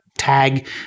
Tag